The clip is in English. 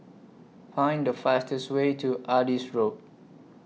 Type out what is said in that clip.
Find The fastest Way to Adis Road